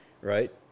right